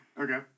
Okay